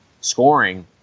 scoring